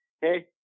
hey